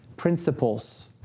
principles